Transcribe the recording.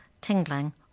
tingling